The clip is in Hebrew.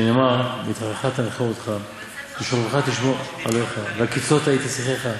שנאמר 'בהתהלכך תנחה אותך בשכבך תשמר עליך והקיצות היא תשיחך'.